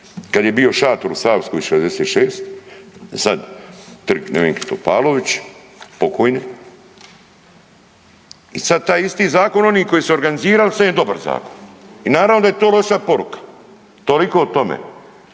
kad je bio šator u Savskoj 66, sad Trg Nevenke Topalović, pokojne. I sad taj isti Zakon oni koji su organizirali, sad je dobar Zakon i naravno da je to loša poruka, toliko o tome.